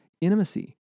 Intimacy